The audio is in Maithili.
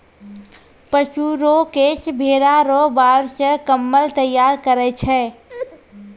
पशु रो केश भेड़ा रो बाल से कम्मल तैयार करै छै